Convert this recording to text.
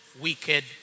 wicked